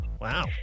Wow